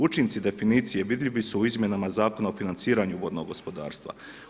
Učinci definicije vidljivi su u izmjenama Zakona o financiranju vodnog gospodarstva.